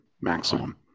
maximum